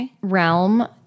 realm